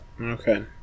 Okay